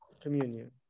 Communion